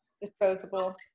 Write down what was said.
Disposable